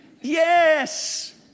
Yes